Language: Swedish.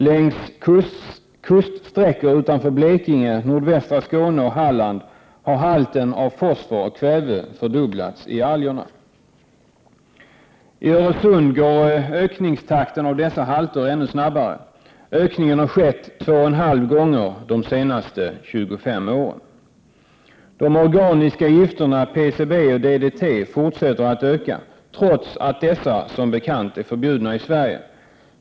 + Längs kuststräckor utanför Blekinge, nordvästra Skåne och Halland har halten av fosfor och kväve fördubblats i algerna. + I Öresund går ökningstakten av dessa halter ännu snabbare. Ökningen har skett 2,5 gånger de senaste 25 åren. + De organiska gifterna PCB och DDT fortsätter att öka trots att dessa som bekant är förbjudna i Sverige.